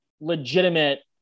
legitimate